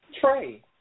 Trey